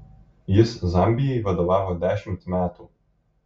jis zambijai vadovavo dešimt metų